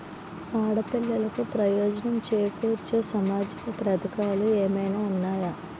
ఆడపిల్లలకు ప్రయోజనం చేకూర్చే సామాజిక పథకాలు ఏమైనా ఉన్నాయా?